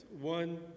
One